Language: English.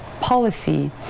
policy